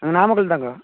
ஆ Namakkal தாங்க்கா